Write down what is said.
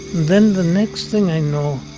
then the next thing i know,